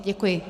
Děkuji.